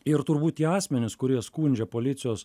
ir turbūt tie asmenys kurie skundžia policijos